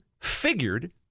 figured